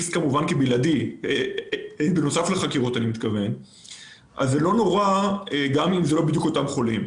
אז לא נורא אם זה לא אותם חולים,